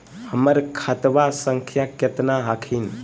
हमर खतवा संख्या केतना हखिन?